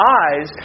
eyes